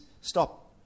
Stop